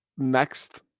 Next